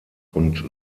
und